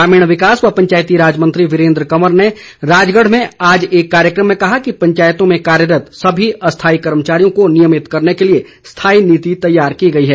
ग्रामीण विकास व पंचायतीराज मंत्री वीरेन्द्र कंवर ने राजगढ़ में आज एक कार्यक्रम में कहा कि पंचायतों में कार्यरत सभी अस्थाई कर्मचारियों को नियमित करने के लिए स्थाई नीति तैयार की गई है